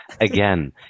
again